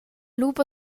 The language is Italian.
lupo